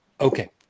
okay